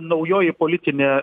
naujoji politinė